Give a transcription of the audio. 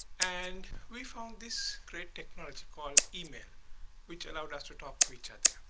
and we found this great technology called email which allowed us to talk to each other.